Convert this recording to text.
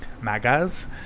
MAGA's